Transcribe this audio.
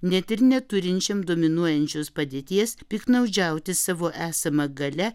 net ir neturinčiam dominuojančios padėties piktnaudžiauti savo esama galia